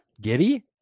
Giddy